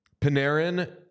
Panarin